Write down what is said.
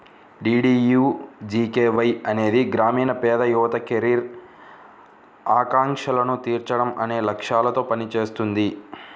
DDUGKY అనేది గ్రామీణ పేద యువత కెరీర్ ఆకాంక్షలను తీర్చడం అనే లక్ష్యాలతో పనిచేస్తుంది